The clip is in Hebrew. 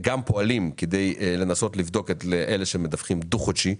אנחנו פועלים כדי לנסות לבדוק לאלה שמדווחים דו-חודשי,